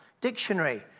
dictionary